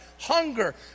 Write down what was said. hunger